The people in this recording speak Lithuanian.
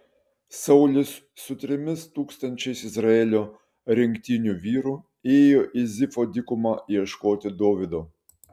saulius su trimis tūkstančiais izraelio rinktinių vyrų ėjo į zifo dykumą ieškoti dovydo